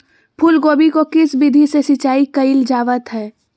फूलगोभी को किस विधि से सिंचाई कईल जावत हैं?